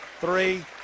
three